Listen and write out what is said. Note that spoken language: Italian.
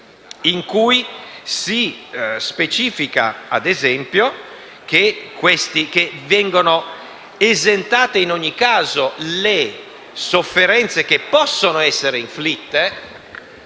in cui si specifica, ad esempio, che vengono esentate in ogni caso le sofferenze che possono essere inflitte